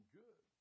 good